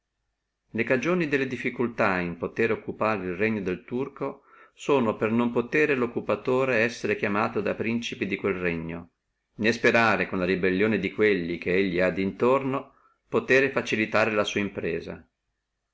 le cagioni della difficultà in potere occupare el regno del turco sono per non potere essere chiamato da principi di quello regno né sperare con la rebellione di quelli chegli ha dintorno potere facilitare la sua impresa